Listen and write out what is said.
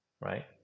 right